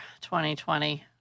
2020